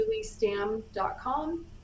juliestam.com